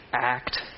act